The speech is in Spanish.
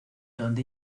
donde